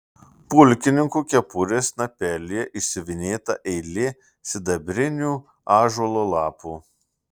pulkininkų kepurės snapelyje išsiuvinėta eilė sidabrinių ąžuolo lapų